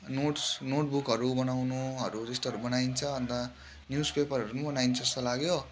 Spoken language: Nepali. नोट्स नोटबुकहरू बनाउनुहरू त्यस्तोहरू बनाइन्छ अन्त न्युजपेपरहरू पनि बनाइन्छ जस्तो लाग्यो